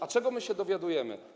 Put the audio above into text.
A czego się dowiadujemy?